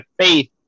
faith